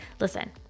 Listen